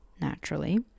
naturally